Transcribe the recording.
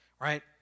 right